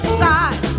side